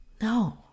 No